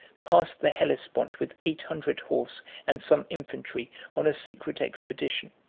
passed the hellespont with eight hundred horse and some infantry, on a secret expedition.